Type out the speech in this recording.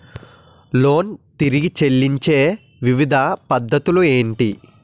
Loan తిరిగి చెల్లించే వివిధ పద్ధతులు ఏంటి?